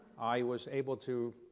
i was able to,